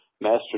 master